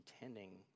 intending